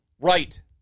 Right